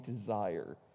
desire